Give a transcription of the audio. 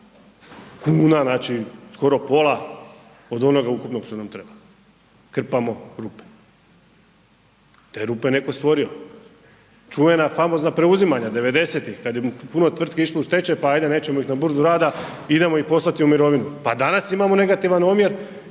kuna, skoro pola od onog ukupnog što nam treba. Krpamo rupe, te je rupe neko stvorio. Čuvena famozna preuzimanja devedesetih kada je puno tvrtki išlo u stečaj pa ajde nećemo ih na burzu rada, idemo ih poslati u mirovinu, pa danas imamo negativan omjer